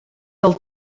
del